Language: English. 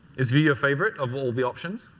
is view your favorite of all the options?